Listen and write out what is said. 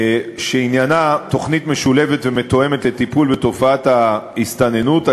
שעניינה תוכנית משולבת ומתואמת לטיפול בתופעת ההסתננות,